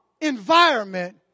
environment